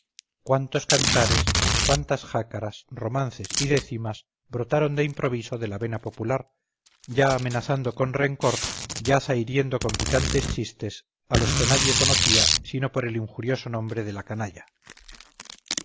cuántos cantares cuántas jácaras romances y décimas brotaron de improviso de la vena popular ya amenazando con rencor ya zahiriendo con picantes chistes a los que nadie conocía sino por el injurioso nombre de la canalla